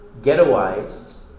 ghettoized